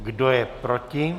Kdo je proti?